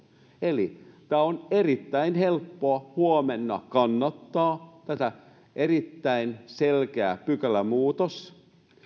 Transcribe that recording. eli on erittäin helppoa huomenna kannattaa tätä erittäin selkeää pykälämuutosta